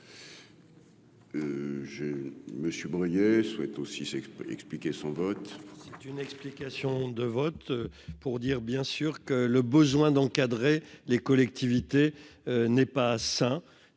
Monsieur Bruillet souhaite aussi, c'est expliquer son vote pour n'explique. Question de vote pour dire bien sûr que le besoin d'encadrer les collectivités n'est pas sain,